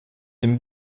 dem